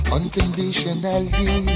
Unconditionally